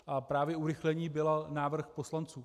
A právě urychlení byl návrh poslanců.